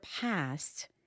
past